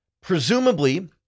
Presumably